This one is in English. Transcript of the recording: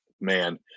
man